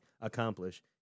accomplish